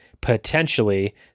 potentially